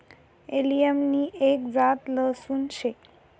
allium नि एक जात लहसून शे